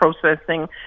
processing